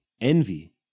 Envy